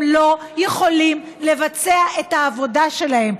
הם לא יכולים לבצע את העבודה שלהם,